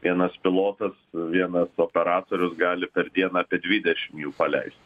vienas pilotas vienas operatorius gali per dieną apie dvidešimt jų paleist